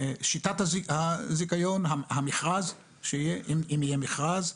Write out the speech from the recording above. שיטת הזיכיון, המכרז שיהיה, אם יהיה מכרז.